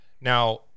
Now